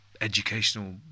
educational